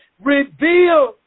revealed